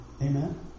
Amen